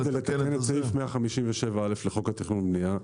צריך לתקן את סעיף 157א לחוק התכנון והבנייה,